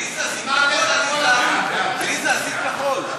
ההצעה להעביר את הצעת חוק תובענות ייצוגיות (תיקון,